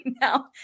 now